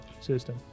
System